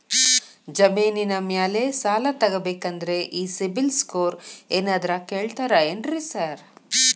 ಜಮೇನಿನ ಮ್ಯಾಲೆ ಸಾಲ ತಗಬೇಕಂದ್ರೆ ಈ ಸಿಬಿಲ್ ಸ್ಕೋರ್ ಏನಾದ್ರ ಕೇಳ್ತಾರ್ ಏನ್ರಿ ಸಾರ್?